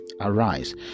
arise